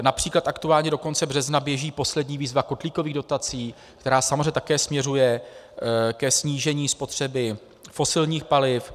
Například aktuálně do konce března běží poslední výzva kotlíkových dotací, která samozřejmě také směřuje ke snížení spotřeby fosilních paliv.